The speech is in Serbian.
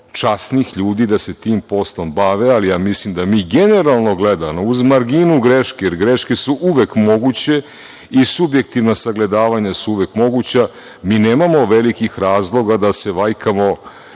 časnih ljudi da se tim poslom bave, ali ja mislim da mi generalno gledano uz marginu greške, jer greške su uvek moguće i subjektivno sagledavanja su uvek moguća, mi nemamo velikih razloga da se vajkamo